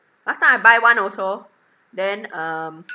last time I buy one also then um